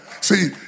See